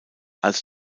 als